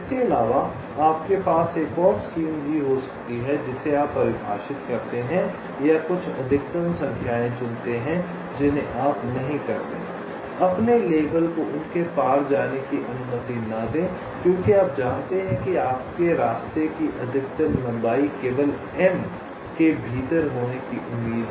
इसके अलावा आपके पास एक और स्कीम भी हो सकती है जिसे आप परिभाषित करते हैं या कुछ अधिकतम संख्याएँ चुनते हैं जिन्हें आप नहीं करते हैं अपने लेबल को उनके पार जाने की अनुमति न दें क्योंकि आप जानते हैं कि आपके रास्ते की अधिकतम लंबाई केवल m के भीतर होने की उम्मीद है